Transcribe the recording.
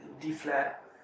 D-flat